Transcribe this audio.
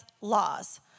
laws